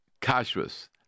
kashrus